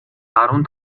арван